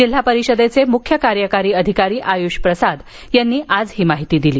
जिल्हा परिषदेचे मुख्य कार्यकारी अधिकारी आयुष प्रसाद यांनी आज ही माहिती दिली